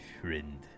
friend